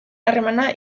harremana